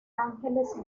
angeles